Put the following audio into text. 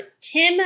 Tim